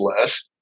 less